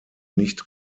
nicht